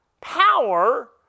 power